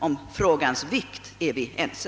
Om frågans vikt är vi ense.